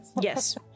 Yes